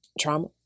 Trauma